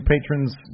patrons